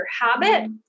habit